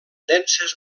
denses